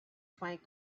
find